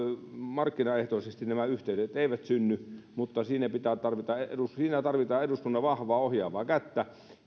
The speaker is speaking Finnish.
markkinaehtoisesti nämä yhteydet eivät synny siinä tarvitaan eduskunnan vahvaa ohjaavaa kättä